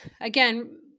again